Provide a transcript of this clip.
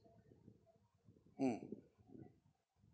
mm